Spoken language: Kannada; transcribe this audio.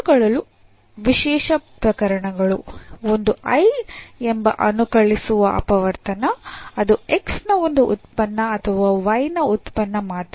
ಇವುಗಳು ವಿಶೇಷ ಪ್ರಕರಣಗಳು ಒಂದು I ಎಂಬ ಅನುಕಲಿಸುವ ಅಪವರ್ತನ ಅದು x ನ ಒಂದು ಉತ್ಪನ್ನ ಅಥವಾ y ನ ಉತ್ಪನ್ನ ಮಾತ್ರ